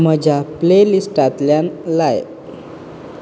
म्हज्या प्लेलिस्टांतल्यान लाय